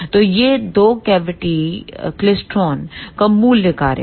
तो यह दो कैविटी क्लेस्ट्रॉन का मूल कार्य है